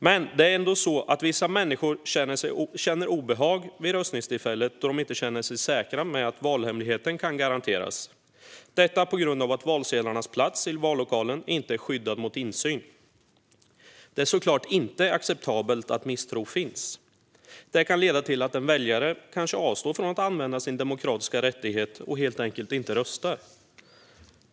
Men ändå känner vissa människor obehag vid röstningstillfället, då de inte känner sig säkra på att valhemligheten kan garanteras på grund av att valsedlarnas plats i vallokalen inte är skyddad mot insyn. Det är såklart inte acceptabelt att misstro finns. Det kan leda till att en väljare avstår från att använda sin demokratiska rättighet och helt enkelt inte röstar.